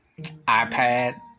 iPad